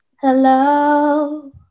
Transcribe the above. hello